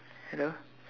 hello